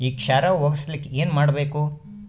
ಈ ಕ್ಷಾರ ಹೋಗಸಲಿಕ್ಕ ಏನ ಮಾಡಬೇಕು?